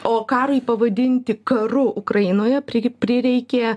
o karui pavadinti karu ukrainoje pri prireikė